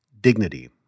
dignity